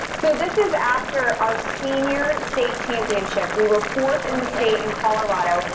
so this is after our senior state championship, we were fourth in the state in colorado.